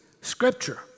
Scripture